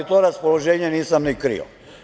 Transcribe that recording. To raspoloženje nisam ni krio.